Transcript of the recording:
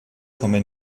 kommen